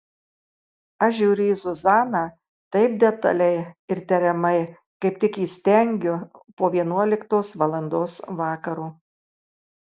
aš žiūriu į zuzaną taip detaliai ir tiriamai kaip tik įstengiu po vienuoliktos valandos vakaro